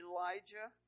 Elijah